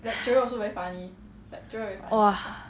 !hais! !wah!